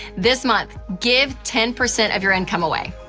this month, give ten percent of your income away.